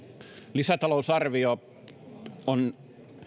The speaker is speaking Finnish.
lisätalousarvio on